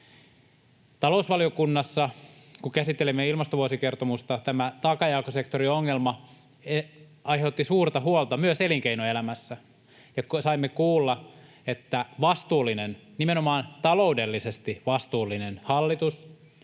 Talousvaliokunnassa, kun käsittelimme ilmastovuosikertomusta, tämä taakanjakosektoriongelma aiheutti suurta huolta myös elinkeinoelämässä. Saimme kuulla, että vastuullinen, nimenomaan taloudellisesti vastuullinen, hallitus